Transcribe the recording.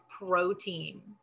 protein